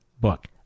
book